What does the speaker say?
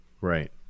Right